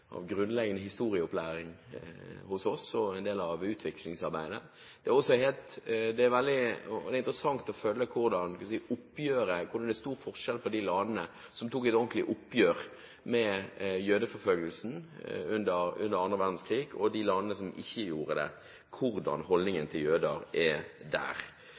av grunnleggende historieopplæring for oss og en del av utviklingsarbeidet. Det er interessant å se hvor stor forskjell det er på de landene som tok et ordentlig oppgjør med jødeforfølgelsen under annen verdenskrig, og de landene som ikke gjorde det, med tanke på hvordan holdningen til jødene er der.